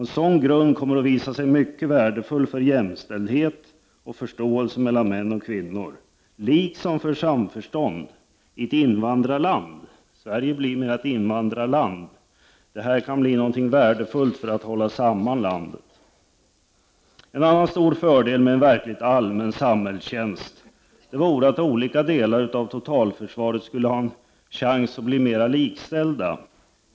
En sådan grund kommer att visa sig mycket värdefull när det gäller jämställdhet och förståelse mellan män och kvinnor, liksom för samförstånd i ett invandrarland — Sverige är numera ett invandrarland. Detta kan bli något värdefullt för att hålla samman landet. En annan stor fördel med en verkligt allmän samhällstjänst vore att olika delar av totalförsvaret skulle få en chans att bli mera likställda.